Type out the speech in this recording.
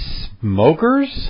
smokers